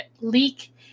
leak